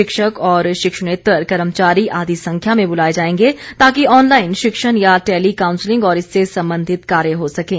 शिक्षक और शिक्षणेत्तर कर्मचारी आधी संख्या में बुलाए जाएंगे ताकि ऑनलाइन शिक्षण या टेली काउसिलिंग और इससे संबंधित कार्य हो सकें